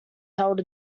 held